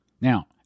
Now